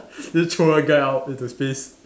just throw one guy out into space